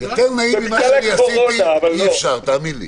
אין יותר יפה מאיך שהתייחסתי.